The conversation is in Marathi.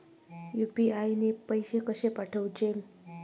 यू.पी.आय ने पैशे कशे पाठवूचे?